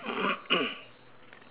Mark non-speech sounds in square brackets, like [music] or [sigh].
[coughs]